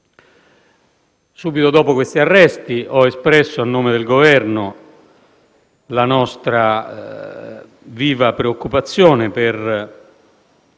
Subito dopo questi arresti ho espresso a nome del Governo la nostra viva preoccupazione per